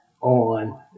on